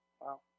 Wow